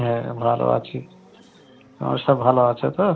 হ্যাঁ ভালো আছি সব ভালো আছে তো